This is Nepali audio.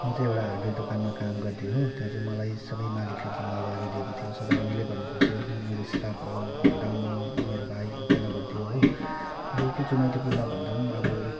म चाहिँ एउटा हार्डवेर दोकानामा काम गर्थेँ हो त्यहाँ चाहिँ मलाई सबै मालिकले जिम्मावारी दिएको थियो सबै मैले गर्नु पर्थ्यो मेरो स्टाफ अब एकदम म मेरो भाइ एकजना गर्थ्यो हो अनि यति चुनौतीपूर्ण भन्दा पनि अब